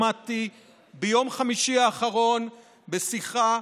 שמעתי ביום חמישי האחרון בשיחה: